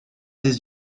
des